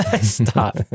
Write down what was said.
stop